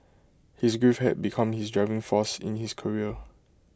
his grief had become his driving force in his career